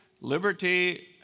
liberty